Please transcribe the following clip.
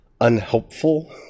unhelpful